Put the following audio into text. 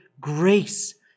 grace